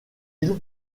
île